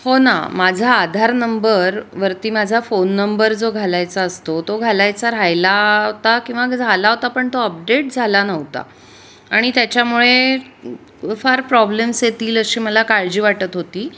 हो ना माझा आधार नंबरवरती माझा फोन नंबर जो घालायचा असतो तो घालायचा राहिला होता किंवा झाला होता पण तो अपडेट झाला नव्हता आणि त्याच्यामुळे फार प्रॉब्लेम्स येतील अशी मला काळजी वाटत होती